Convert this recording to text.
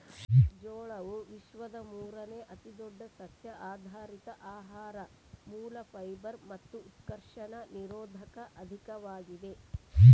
ಜೋಳವು ವಿಶ್ವದ ಮೂರುನೇ ಅತಿದೊಡ್ಡ ಸಸ್ಯಆಧಾರಿತ ಆಹಾರ ಮೂಲ ಫೈಬರ್ ಮತ್ತು ಉತ್ಕರ್ಷಣ ನಿರೋಧಕ ಅಧಿಕವಾಗಿದೆ